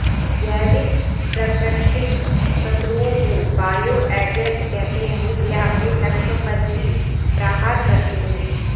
जैविक प्राकृतिक शत्रुओं को बायो एजेंट कहते है ये अपने लक्ष्य पर ही प्रहार करते है